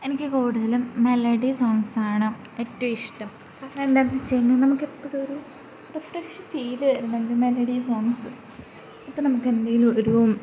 എനിക്ക് കൂടുതലും മെലഡി സോങ്ങ്സാണ് ഏറ്റവും ഇഷ്ടം എന്താന്നുവച്ചുകഴിഞ്ഞാല് നമുക്കെപ്പോഴും ഒരു റിഫ്രഷ് ചെയ്തു തരും നമുക്ക് മെലഡി സോങ്ങ്സ് ഇപ്പോള് നമുക്ക് എന്തേലും ഒരു